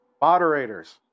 moderators